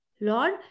Lord